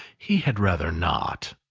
he had rather not.